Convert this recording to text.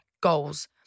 goals